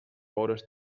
vores